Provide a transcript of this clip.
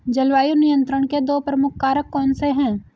जलवायु नियंत्रण के दो प्रमुख कारक कौन से हैं?